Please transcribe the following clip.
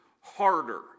harder